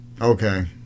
Okay